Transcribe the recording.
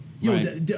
Yo